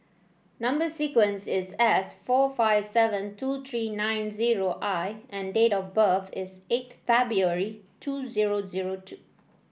number sequence is S four five seven two three nine zero I and date of birth is eight February two zero zero two